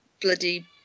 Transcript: bloody